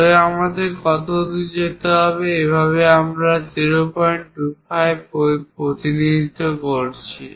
তবে আমাদের কতদূর যেতে হবে এভাবে আমরা 025 এর প্রতিনিধিত্ব করছি